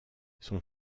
son